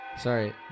Sorry